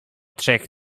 trzech